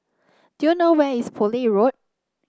do you know where is Poole Road